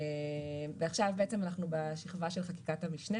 עכשיו אנחנו בשכבה של חקיקת המשנה,